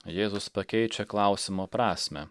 jėzus pakeičia klausimo prasmę